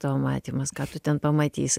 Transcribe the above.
tavo matymas ką tu ten pamatysi